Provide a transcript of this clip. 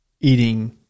eating